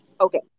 okay